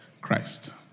Christ